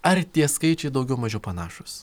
ar tie skaičiai daugiau mažiau panašūs